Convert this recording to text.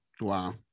wow